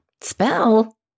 Spell